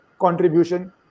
contribution